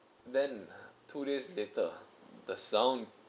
then two days later the sound